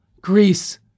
Greece